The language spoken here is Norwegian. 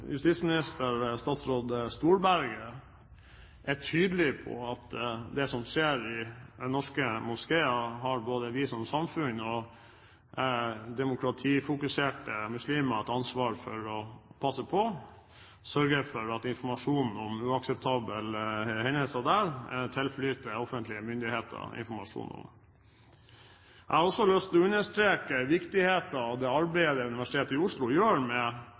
statsråd Storberget, er tydelig på at når det gjelder det som skjer i norske moskeer, har både vi som samfunn og demokratifokuserte muslimer et ansvar for å passe på og sørge for at informasjon om uakseptable hendelser der tilflyter offentlige myndigheter. Jeg har også lyst til å understreke viktigheten av det arbeidet Universitetet i Oslo